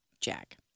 Jack